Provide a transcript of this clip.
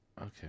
Okay